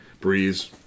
Breeze